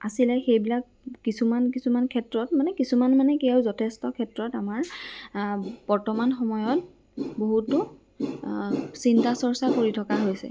আছিলে সেইবিলাক কিছুমান কিছুমান ক্ষেত্ৰত মানে কিছুমান মানে কি আৰু যথেষ্ট ক্ষেত্ৰত আমাৰ আ বৰ্তমান সময়ত বহুতো আ চিন্তা চৰ্চা কৰি থকা হৈছে